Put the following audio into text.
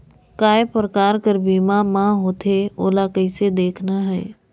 काय प्रकार कर बीमा मा होथे? ओला कइसे देखना है?